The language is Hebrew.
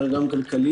אבל גם כלכליים.